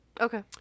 Okay